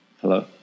Hello